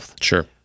Sure